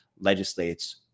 legislates